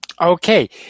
Okay